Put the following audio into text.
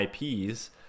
IPs